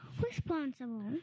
responsible